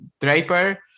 Draper